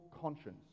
conscience